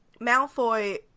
Malfoy